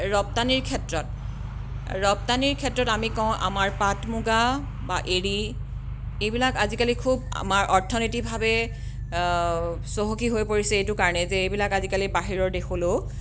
ৰপ্তানিৰ ক্ষেত্ৰত ৰপ্তানিৰ ক্ষেত্ৰত আমি কওঁ আমাৰ পাট মুগা বা এৰী এইবিলাক আজিকালি খুব আমাৰ অৰ্থনৈতিকভাৱে চহকী হৈ পৰিছে এইটো কাৰণেই যে এইবিলাক আজিকালি বাহিৰৰ দেশলৈও